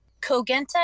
Kogenta